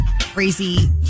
crazy